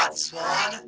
but swan!